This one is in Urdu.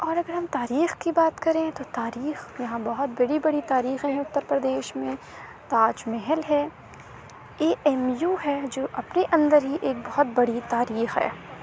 اور اگر ہم تاریخ کی بات کریں تو تاریخ یہاں بہت بڑی بڑی تاریخیں ہیں اتر پردیش میں تاج محل ہے اے ایم یو ہے جو اپنے اندر ہی ایک بہت بڑی تاریخ ہے